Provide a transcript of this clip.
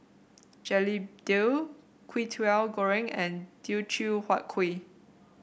Begedil Kwetiau Goreng and Teochew Huat Kuih